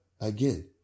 again